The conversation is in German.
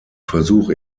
versuch